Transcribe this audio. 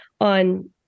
on